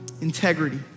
Integrity